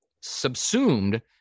subsumed